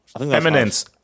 Eminence